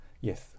Yes